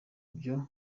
byo